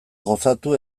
gozatu